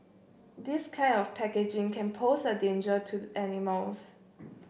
this kind of packaging can pose a danger to animals